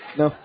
no